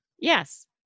Yes